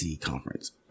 Conference